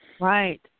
Right